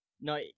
no